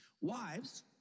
Wives